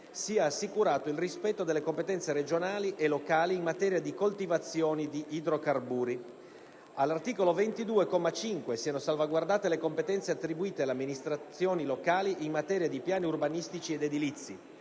sia assicurato il rispetto delle competenze regionali e locali in materia di coltivazione di idrocarburi; - all'articolo 22, comma 5, siano salvaguardate le competenze attribuite alle amministrazioni locali in materia di piani urbanistici ed edilizi;